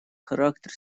характер